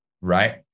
right